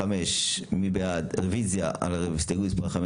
מי בעד הרוויזיה על הסתייגות מספר 19?